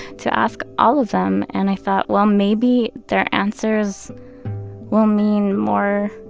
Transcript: to ask all of them. and i thought well maybe their answers will mean more,